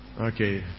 Okay